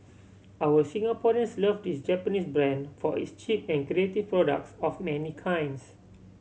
our Singaporeans love this Japanese brand for its cheap and creative products of many kinds